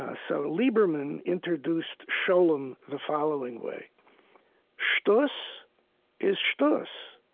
ah so, lieberman introduced scholem the following way shtus is shtus,